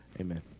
amen